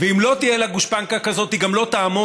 ואם לא תהיה לה גושפנקה כזאת היא גם לא תעמוד,